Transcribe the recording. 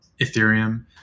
Ethereum